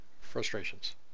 frustrations